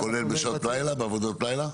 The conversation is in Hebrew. כולל בשעות לילה, בעבודות לילה?